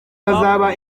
hazaba